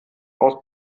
aus